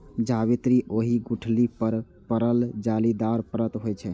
जावित्री ओहि गुठली पर पड़ल जालीदार परत होइ छै